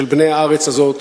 של בני הארץ הזאת,